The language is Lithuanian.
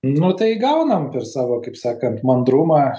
nu tai gaunam per savo kaip sakant mandrumą